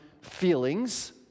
feelings